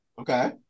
Okay